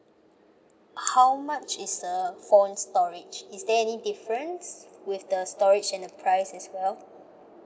how much is the phone storage is there any difference with the storage and the price as well